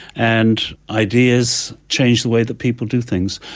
and ideas change the way that people do things.